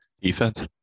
Defense